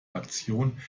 aktion